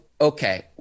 okay